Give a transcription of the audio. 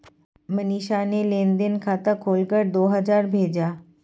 मनीषा ने लेन देन खाता खोलकर दो हजार भेजा